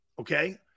okay